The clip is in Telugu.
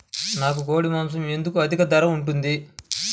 నాకు కోడి మాసం ఎందుకు అధిక ధర ఉంటుంది?